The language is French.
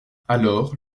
alors